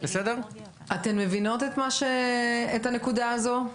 אתן מבינות את הנקודה הזו?